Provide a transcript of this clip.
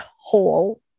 hole